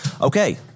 Okay